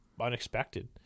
unexpected